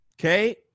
okay